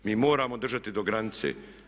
Mi moramo držati do granice.